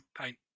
paint